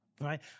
right